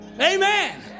Amen